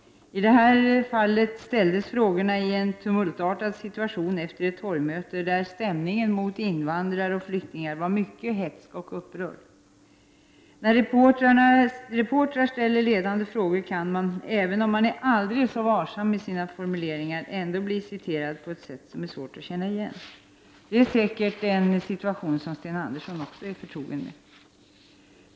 I det här fallet ställdes frågorna i en tumultartad situation efter ett torgmöte, där stämningen mot invandrare och flyktingar var mycket hätsk och upprörd. När reportrar ställer ledande frågor kan man även om man är aldrig så varsam i sina formuleringar ändå bli citerad på ett sätt som är svårt att känna igen. Det är säkert en situation som Sten Andersson också är förtrogen med.